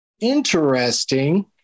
interesting